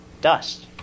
dust